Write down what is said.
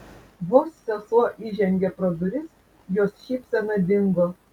vos sesuo įžengė pro duris jos šypsena dingo